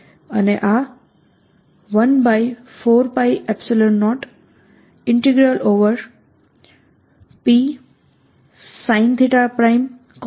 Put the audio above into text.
અને આ 14π0Psincosϕ|r R|ds ના બરાબર છે